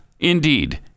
Indeed